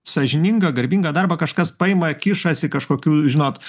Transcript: sąžiningą garbingą darbą kažkas paima kišasi kažkokiu žinot